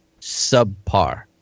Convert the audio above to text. subpar